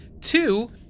Two